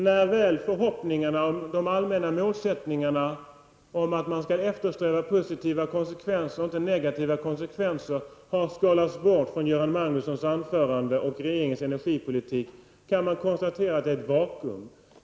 När väl förhoppningarna och den allmänna målsättningen om att eftersträva positiva konsekvenser och inte negativa konsekvenser har skalats bort från Göran Magnussons anförande och regeringens energipolitik, kan man konstatera att det finns ett vakuum.